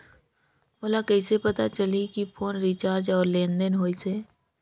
मोला कइसे पता चलही की फोन रिचार्ज और लेनदेन होइस हे?